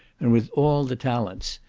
and with all the talents.